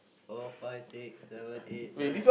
four five six seven eight nine